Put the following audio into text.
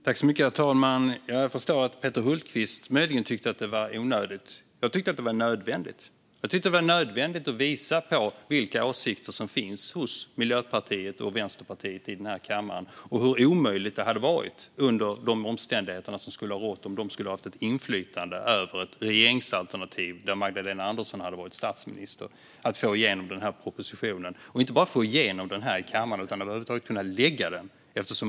Herr talman! Jag förstår att Peter Hultqvist möjligen tyckte att det var onödigt. Jag tyckte att det var nödvändigt. Det var nödvändigt att visa vilka åsikter som finns hos Miljöpartiet och Vänsterpartiet i denna kammare och hur omöjligt det hade varit, under de omständigheter som skulle ha rått om de hade haft inflytande över ett regeringsalternativ där Magdalena Andersson varit statsminister, att få igenom den här propositionen - och inte bara att få igenom den här i kammaren utan också att över huvud taget lägga fram den.